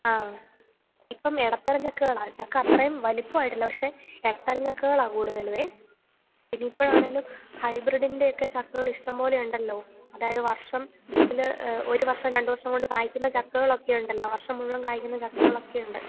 ആ ഇപ്പം ഇടത്തരം ചക്കകളാണ് ചക്ക അത്രയും വലിപ്പം ആയിട്ടില്ല പക്ഷെ ഇടത്തരം ചക്കകളാണ് കൂടുതലും പിന്നെ ഇപ്പോഴാണെങ്കിലും ഹൈബ്രിഡിന്റെയൊക്കെ ചക്കകൾ ഇഷ്ടം പോലെ ഉണ്ടല്ലോ അതായത് വര്ഷം ഇല് ഒരു വര്ഷം രണ്ട് വര്ഷം കൊണ്ട് കായിക്കുന്ന ചക്കകളൊക്കെ ഉണ്ടല്ലോ വര്ഷം മുഴുവന് കായിക്കുന്ന ചക്കകളൊക്കെ ഉണ്ട്